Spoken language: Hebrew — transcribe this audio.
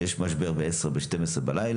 כאשר יש משבר ב-22:00 או ב-00:00,